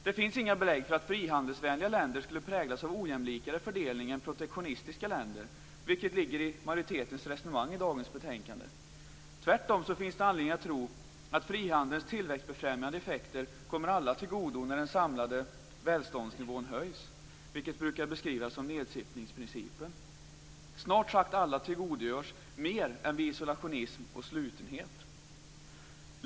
Det finns inga belägg för att frihandelsvänliga länder skulle präglas av ojämlikare fördelning än protektionistiska länder, vilket ligger i majoritetens resonemang i dagens betänkande. Tvärtom finns det anledning att tro att frihandelns tillväxtbefrämjande effekter kommer alla till godo när den samlade välståndsnivån höjs, vilket brukar beskrivas som nedsippringsprincipen. Snart sagt alla tillgodogörs mer än vid isolationism och slutenhet.